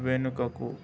వెనుకకు